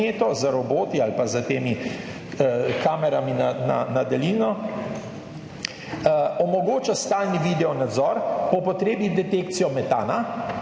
z roboti ali pa s temi kamerami na daljino. Omogoča stalni video nadzor, po potrebi detekcijo metana,